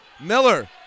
Miller